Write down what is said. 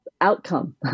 outcome